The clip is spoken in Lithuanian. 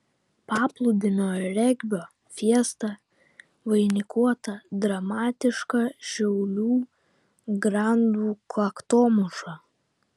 paplūdimio regbio fiesta vainikuota dramatiška šiaulių grandų kaktomuša